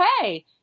hey